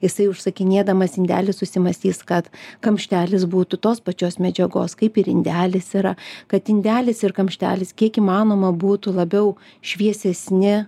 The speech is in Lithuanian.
jisai užsakinėdamas indelį susimąstys kad kamštelis būtų tos pačios medžiagos kaip ir indelis yra kad indelis ir kamštelis kiek įmanoma būtų labiau šviesesni